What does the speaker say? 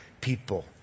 people